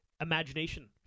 Imagination